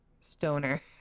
stoner